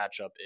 matchup